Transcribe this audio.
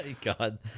God